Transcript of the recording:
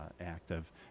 active